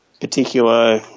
particular